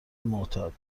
معتاد